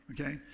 okay